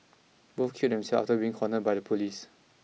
both killed themselves after being cornered by the police